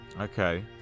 Okay